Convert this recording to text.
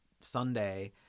Sunday